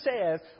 says